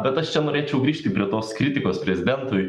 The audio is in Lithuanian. bet aš čia norėčiau grįžti prie tos kritikos prezidentui